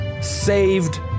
saved